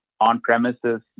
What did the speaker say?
on-premises